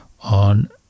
on